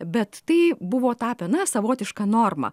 bet tai buvo tapę savotiška norma